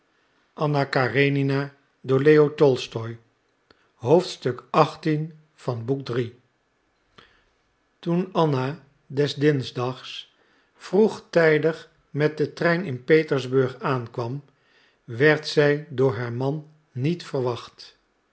toen anna des dinsdags vroegtijdig met den trein in petersburg aankwam werd zij door haar man niet verwacht